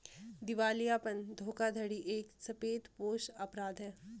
दिवालियापन धोखाधड़ी एक सफेदपोश अपराध है